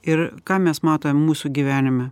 ir ką mes matom mūsų gyvenime